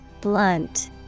blunt